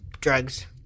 drugs